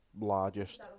largest